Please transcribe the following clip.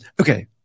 Okay